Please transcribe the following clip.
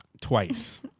Twice